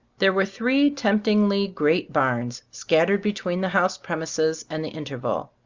there were three temptingly great barns, scattered between the house premises and the interval.